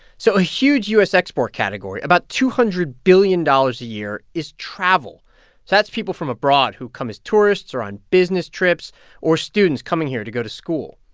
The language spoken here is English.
so a huge u s. export category about two hundred billion dollars a year is travel. so that's people from abroad who come as tourists or on business trips or students coming here to go to school.